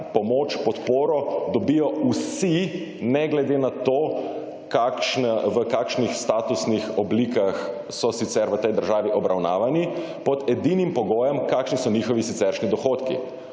pomoč, podporo dobijo vsi ne glede na to v kakšnih statusnih oblikah so sicer v tej državi obravnavani, pod edinimi pogojem kakšni so njihovi siceršnji dohodki.